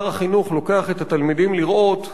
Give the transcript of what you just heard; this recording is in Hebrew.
שר החינוך לוקח את התלמידים לראות.